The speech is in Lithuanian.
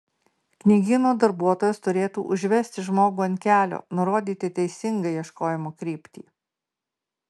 knygyno darbuotojas turėtų užvesti žmogų ant kelio nurodyti teisingą ieškojimo kryptį